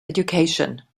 education